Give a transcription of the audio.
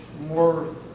More